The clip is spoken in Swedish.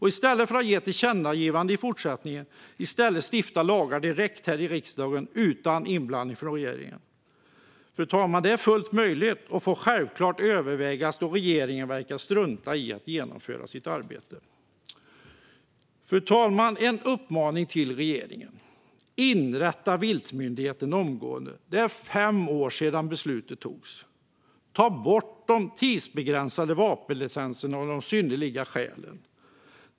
I stället för att rikta tillkännagivanden får man i fortsättningen stifta lagar direkt här i riksdagen utan inblandning från regeringen. Detta är fullt möjligt, fru talman, och får självklart övervägas då regeringen verkar strunta i att genomföra sitt arbete. Fru talman! Jag har några uppmaningar till regeringen: Inrätta viltmyndigheten omgående! Det är fem år sedan beslutet fattades. Ta bort de tidsbegränsade vapenlicenserna och de synnerliga skälen!